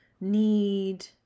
need